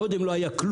קודם היה כאוס,